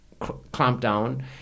clampdown